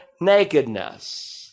nakedness